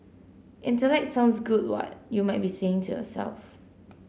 intellect sounds good what you might be saying to yourself